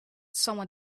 someone